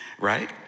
right